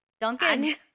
Duncan